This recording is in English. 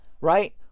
right